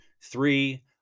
Three